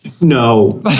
No